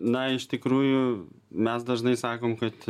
na iš tikrųjų mes dažnai sakom kad